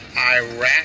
Iraq